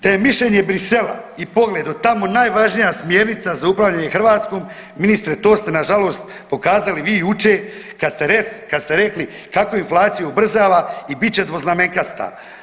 Te je mišljenje Bruxellesa i pogled od tamo najvažnija smjernica za upravljanje Hrvatskom ministre to ste na žalost pokazali vi jučer kada ste rekli kakvu inflaciju ubrzava i bit će dvoznamenkasta.